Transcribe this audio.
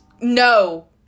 no